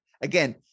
again